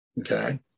Okay